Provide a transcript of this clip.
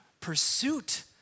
pursuit